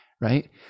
right